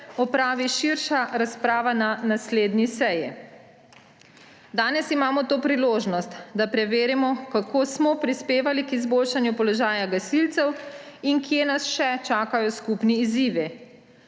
opravi širša razprava na naslednji seji. Danes imamo to priložnost, da preverimo, kako smo prispevali k izboljšanju položaja gasilcev in kje nas še čakajo skupni izzivi.